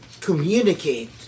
communicate